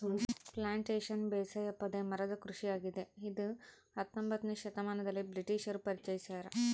plantation ಬೇಸಾಯ ಪೊದೆ ಮರದ ಕೃಷಿಯಾಗಿದೆ ಇದ ಹತ್ತೊಂಬೊತ್ನೆ ಶತಮಾನದಲ್ಲಿ ಬ್ರಿಟಿಷರು ಪರಿಚಯಿಸ್ಯಾರ